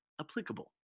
applicable